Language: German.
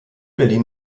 berlin